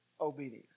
obedience